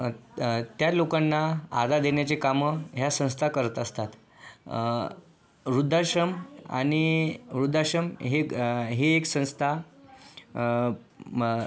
त्या लोकांना आधार देण्याची कामं या संस्था करत असतात वृद्धाश्रम आणि वृद्धाश्रम ही ही एक संस्था